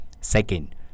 Second